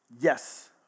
Yes